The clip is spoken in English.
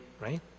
right